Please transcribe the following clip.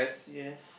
yes